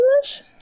English